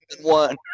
one